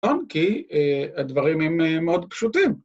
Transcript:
‫כי הדברים הם מאוד פשוטים.